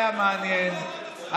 אבל אם זה באמת היה מעניין,